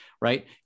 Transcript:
right